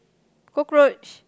cockroach